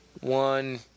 one